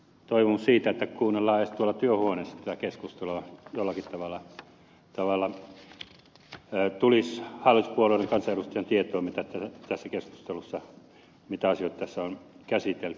gustafssonin toivoi että kuunnellaan edes tuolla työhuoneessa tätä keskustelua jollakin tavalla tulisi hallituspuolueiden kansanedustajien tietoon mitä asioita tässä keskustelussa on käsitelty